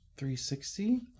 360